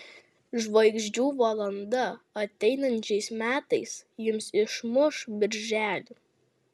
žvaigždžių valanda ateinančiais metais jums išmuš birželį